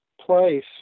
place